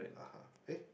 (uh huh) eh